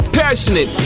passionate